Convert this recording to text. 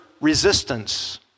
resistance